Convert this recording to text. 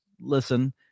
listen